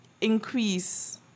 increase